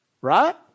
right